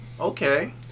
Okay